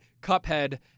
Cuphead